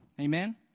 Amen